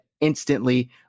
instantly